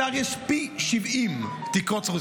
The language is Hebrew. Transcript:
לשר יש פי 70 תקרות זכוכית.